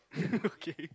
okay